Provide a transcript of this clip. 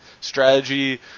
strategy